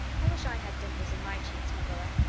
i wish i had dimples in my cheeks, marilla.